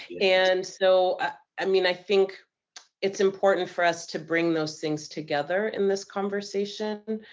and, so i mean, i think it's important for us to bring those things together in this conversation,